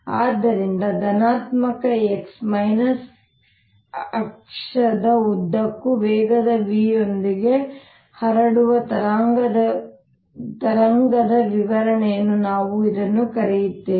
ಆದ್ದರಿಂದ ಧನಾತ್ಮಕ x ಅಕ್ಷದ ಉದ್ದಕ್ಕೂ ವೇಗದ v ಯೊಂದಿಗೆ ಹರಡುವ ತರಂಗದ ವಿವರಣೆಯನ್ನು ನಾನು ಇದನ್ನು ಕರೆಯುತ್ತೇನೆ